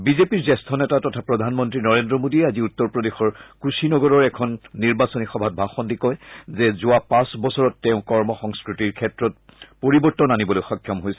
বিজেপিৰ জ্যেষ্ঠ নেতা তথা প্ৰধানমন্ত্ৰী নৰেদ্ৰ মোদীয়ে আজি উত্তৰ প্ৰদেশৰ কুশি নগৰৰ এখন নিৰ্বাচনী সভাত ভাষণ দি কয় যে যোৱা পাঁচ বছৰত তেওঁ কৰ্ম সংস্কৃতিৰ ক্ষেত্ৰত পৰিৱৰ্তন আনিবলৈ সক্ষম হৈছে